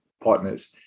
partners